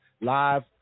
live